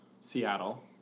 Seattle